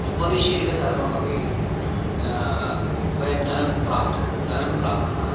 उपविश्य एव सर्वमपि वयं धनं प्राप्तुं धनं प्राप्नुमः